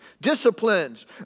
Disciplines